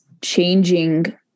changing